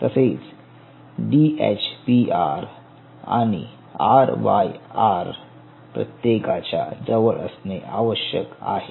तसेच डीएचपीआर आणि आरवायआर प्रत्येकाच्या जवळ असणे आवश्यक आहे